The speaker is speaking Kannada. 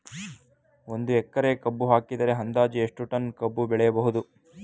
ಒಂದು ಎಕರೆ ಕಬ್ಬು ಹಾಕಿದರೆ ಅಂದಾಜು ಎಷ್ಟು ಟನ್ ಕಬ್ಬು ಬೆಳೆಯಬಹುದು?